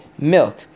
milk